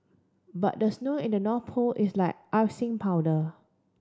but the snow in the North Pole is like icing powder